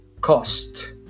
cost